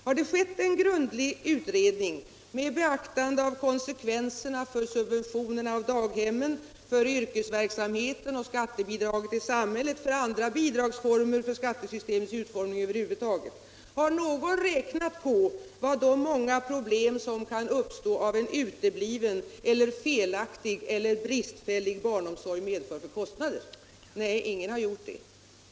Har det skett en grundlig utredning med beaktande av konsekvenserna för subventionerna av daghemmen, för yrkesverksamheten och för det därav följande skattebidraget till samhället, för andra bidragsformer och för skattesystemets utformning över huvud taget? Har någon räknat på kostnaderna för de många problem som kan uppstå på grund av utebliven, felaktig eller bristfällig barnomsorg? Nej, ingen har gjort detta.